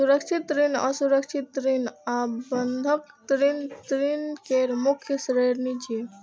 सुरक्षित ऋण, असुरक्षित ऋण आ बंधक ऋण ऋण केर मुख्य श्रेणी छियै